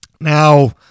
Now